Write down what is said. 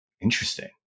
Interesting